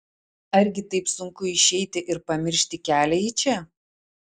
argi taip sunku išeiti ir pamiršti kelią į čia